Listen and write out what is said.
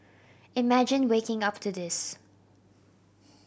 imagine waking up to this